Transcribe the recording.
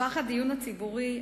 הפך הדיון הציבורי,